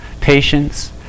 patience